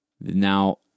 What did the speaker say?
now